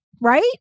right